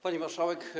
Pani Marszałek!